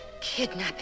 Kidnapping